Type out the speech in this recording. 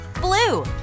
blue